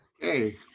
hey